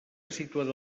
situada